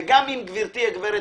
גם עם גברתי, הגברת